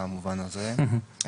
במובן הזה.